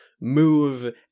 move